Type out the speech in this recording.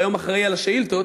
והיום אחראי לשאילתות